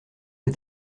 est